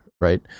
right